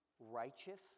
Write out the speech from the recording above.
righteous